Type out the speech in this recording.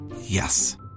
Yes